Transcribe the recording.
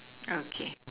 okay